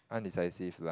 undecisive lah